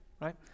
Right